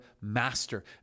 master